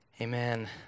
Amen